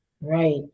Right